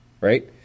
right